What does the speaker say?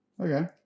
Okay